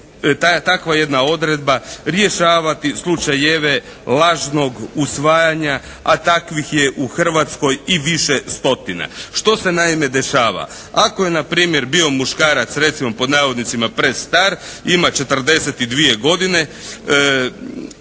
takva jedna odredba rješavati slučajeve lažnog usvajanja, a takvih je u Hrvatskoj više stotina. Što se naime dešava? Ako je npr. bio muškarac recimo pod navodnicima prestar ima 42 godine